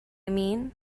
mean